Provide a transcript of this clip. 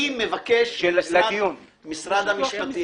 אני מבקש ממשרד המשפטים